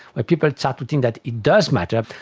but people start to think that it does matter.